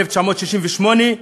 1968,